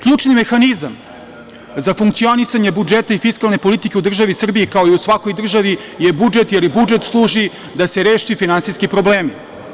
Ključni mehanizam za funkcionisanje budžeta i fiskalne politike u državi Srbiji, kao i u svakoj državi, je budžet, jer budžet služi da se reše finansijski problemi.